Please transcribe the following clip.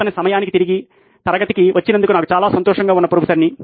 అతను సమయానికి తరగతికి వచ్చినందుకు నేను సంతోషంగా ఉన్న ప్రొఫెసర్ని